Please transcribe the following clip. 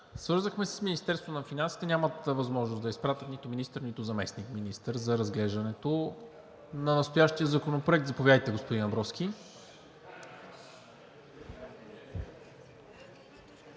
Свързахме се с Министерството на финансите. Нямат възможност да изпратят нито министър, нито заместник-министър за разглеждането на настоящия законопроект. Заповядайте, господин Абровски.